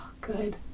good